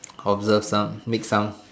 observe some make some